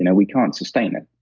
and we can't sustain it.